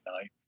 night